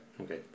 okay